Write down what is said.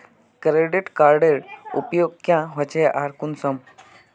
Credit कार्डेर उपयोग क्याँ होचे आर कुंसम?